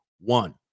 one